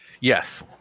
Yes